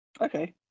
Okay